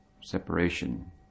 separation